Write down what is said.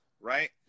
Right